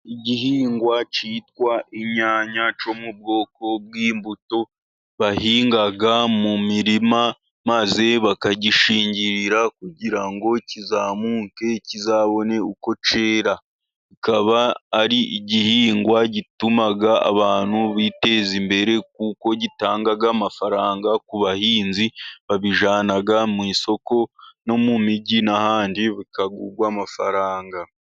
Igihingwa cyitwa inyanya cyo mu bwoko bw'imbuto, bahinga mu mirima maze bakagishingirira, kugira ngo kizamuke kizabone uko cyera. Kikaba ari igihingwa gituma abantu biteza imbere kuko gitanga amafaranga ku bahinzi. Babijyana mu isoko no mu mijyi n'ahandi bikagurwa amafaranga.